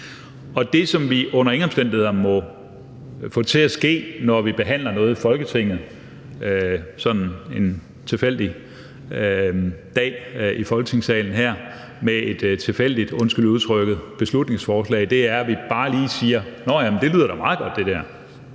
Det, som vi under ingen omstændigheder må få til at ske, når vi behandler noget i Folketinget sådan en tilfældig dag i Folketingssalen her med et tilfældigt, undskyld udtrykket, beslutningsforslag, er, at vi bare lige siger: Nå ja, det lyder da meget godt; lad